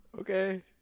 okay